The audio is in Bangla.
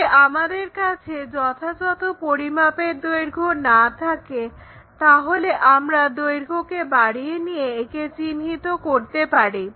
যদি আমাদের কাছে যথাযথ পরিমাপের দৈর্ঘ্য না থাকে তাহলে আমরা দৈর্ঘ্যকে বাড়িয়ে নিয়ে একে চিহ্নিত করতে পারি